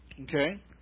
Okay